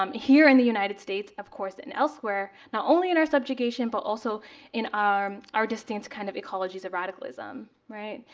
um here in the united states, of course, and elsewhere, not only in our subjugation, but also in our our distinct kind of ecologies of radicalism, right?